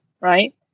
right